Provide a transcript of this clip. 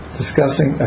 discussing